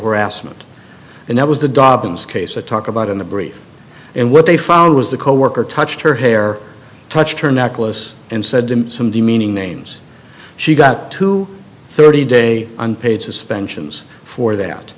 harassment and that was the dobbins case i talk about in the brief and what they found was the coworker touched her hair touched her necklace and said some demeaning names she got to thirty day unpaid suspensions for that